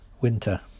Winter